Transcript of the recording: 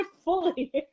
fully